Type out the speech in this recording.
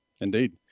Indeed